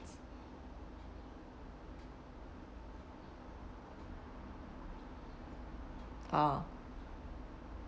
oh